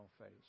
face